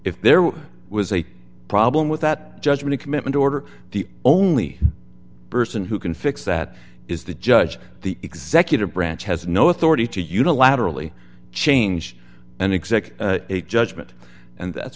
if there was a problem with that judgment commitment order the only person who can fix that is the judge the executive branch has no authority to unilaterally change and exact a judgment and that's